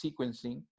sequencing